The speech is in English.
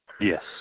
Yes